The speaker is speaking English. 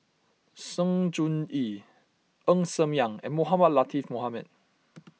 Sng Choon Yee Ng Ser Miang and Mohamed Latiff Mohamed